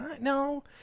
No